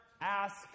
ask